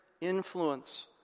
influence